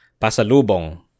Pasalubong